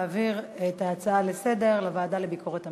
להעביר את ההצעה לסדר-היום לוועדה לביקורת המדינה.